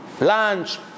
Lunch